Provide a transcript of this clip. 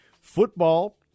football